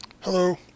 Hello